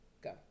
Go